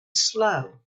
slow